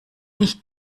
nicht